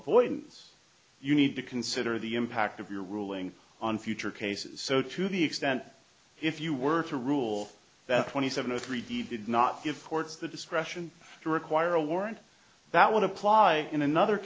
avoidance you need to consider the impact of your ruling on future cases so to the extent if you were to rule that twenty seven or three d did not give courts the discretion to require a warrant that would apply in another